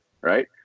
right